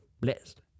Blessed